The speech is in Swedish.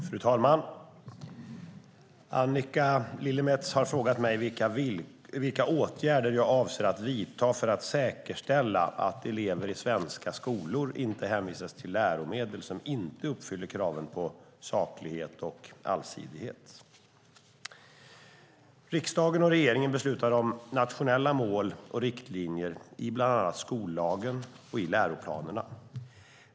Fru talman! Annika Lillemets har frågat mig vilka åtgärder jag avser att vidta för att säkerställa att elever i svenska skolor inte hänvisas till läromedel som inte uppfyller kraven på saklighet och allsidighet. Riksdagen och regeringen beslutar om nationella mål och riktlinjer i bland annat skollagen och i läroplanerna.